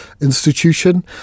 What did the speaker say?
institution